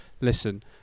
listen